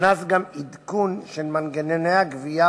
הוכנס גם עדכון של מנגנוני הגבייה